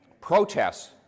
protests